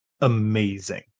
amazing